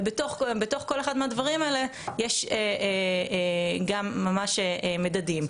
ובתוך כל אחד מהדברים האלה יש גם ממש מדדים.